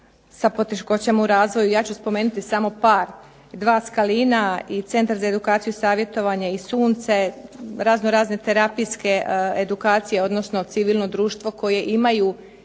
sa poteškoćama u razvoju. Ja ću spomenuti samo par, Dva skalina i Centar za edukaciju i savjetovanje i Sunce, raznorazne terapijske edukacije odnosno civilno društvo koje imaju